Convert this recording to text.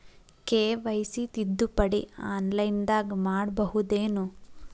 KYC ತಿದ್ದುಪಡಿ ಆನ್ಲೈನದಾಗ್ ಮಾಡ್ಬಹುದೇನು?